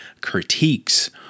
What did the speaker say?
critiques